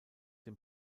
dem